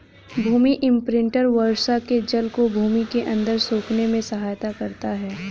भूमि imprinter वर्षा के जल को भूमि के अंदर सोखने में सहायता करता है